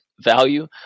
value